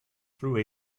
through